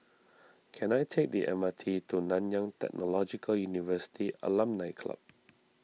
can I take the M R T to Nanyang Technological University Alumni Club